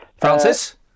Francis